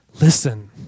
Listen